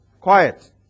Quiet